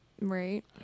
Right